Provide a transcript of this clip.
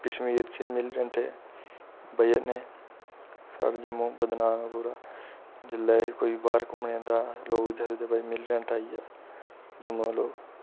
कश्मीर च मिलिटैंट वजह् कन्नै साढ़ा जम्मू बदनाम पूरा जेल्लै बी कोई बाह्र घूमन जंदा लोग सोचदे कि भाई मिलिटैंट आई गेआ जम्मू दा लोक